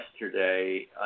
yesterday